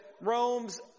Rome's